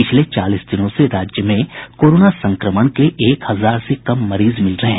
पिछले चालीस दिनों से राज्य में कोरोना संक्रमण के एक हजार से कम मरीज मिल रहे हैं